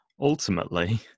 ultimately